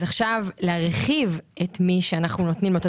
אז עכשיו להרחיב את מי שאנחנו נותנים לו את